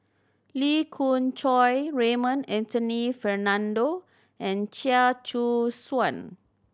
Lee Khoon Choy Raymond Anthony Fernando and Chia Choo Suan